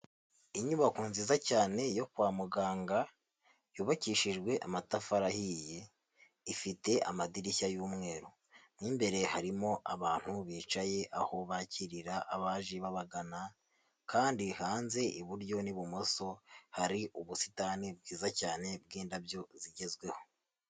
Inyubako nziza cyane yo kwa muganga, yubakishijwe amatafari ahiye, ifite amadirishya y'umweru, mo imbere harimo abantu bicaye aho bakirira abaje babagana kandi hanze iburyo n'ibumoso hari ubusitani bwiza cyane bw'indabyo zigezweho.